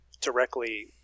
directly